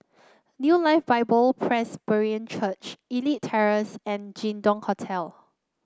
New Life Bible Presbyterian Church Elite Terrace and Jin Dong Hotel